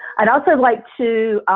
i'd also like to